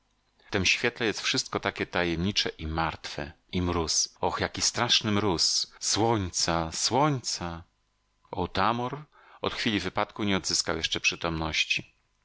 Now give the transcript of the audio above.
tem świetle jest wszystko takie tajemnicze i martwe i mróz oh jaki straszny mróz słońca słońca otamor od chwili upadku nie odzyskał jeszcze przytomności